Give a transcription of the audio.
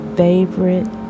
favorite